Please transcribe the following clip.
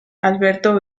alberto